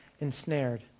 ensnared